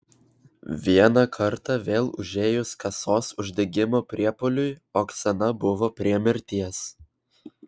vieną kartą vėl užėjus kasos uždegimo priepuoliui oksana buvo prie mirties